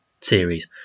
series